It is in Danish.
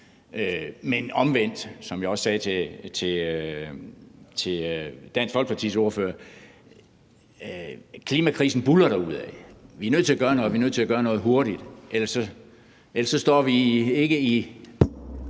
Men omvendt, som jeg også sagde til Dansk Folkepartis ordfører, buldrer klimakrisen derudad. Vi er nødt til at gøre noget, og vi er nødt til at gøre noget hurtigt – ellers står vi i vand